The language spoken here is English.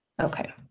okay.